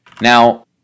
Now